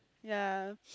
ya